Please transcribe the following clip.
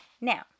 now